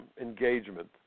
Engagement